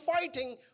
fighting